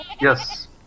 Yes